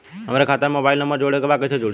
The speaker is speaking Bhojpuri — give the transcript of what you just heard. हमारे खाता मे मोबाइल नम्बर जोड़े के बा कैसे जुड़ी?